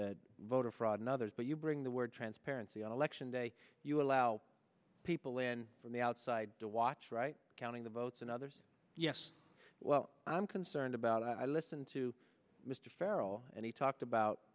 at voter fraud in others but you bring the word transparency on election day you allow people in from the outside to watch right counting the votes and others yes well i'm concerned about i listen to mr farrel and he talked about